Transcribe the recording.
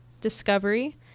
Discovery